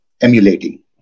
emulating